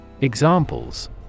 Examples